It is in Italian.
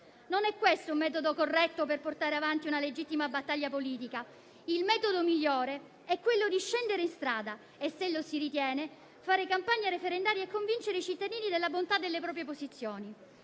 Non è questo un metodo corretto per portare avanti una legittima battaglia politica: il migliore è scendere in strada e, se lo si ritiene, fare campagna referendaria e convincere i cittadini della bontà delle proprie posizioni.